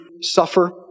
suffer